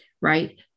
right